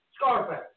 Scarface